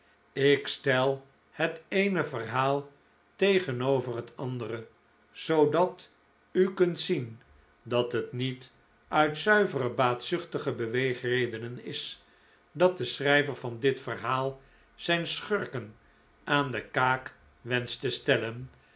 ik stel het eene verhaal tegenover het andere zoodat u kunt zien dat het niet uit zuivere baatzuchtige beweegredenen is dat de schrijver van dit verhaal zijn schurken aan de kaak wensch te stellen